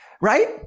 right